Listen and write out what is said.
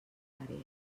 àrees